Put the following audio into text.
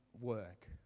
work